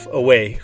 away